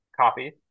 copy